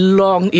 long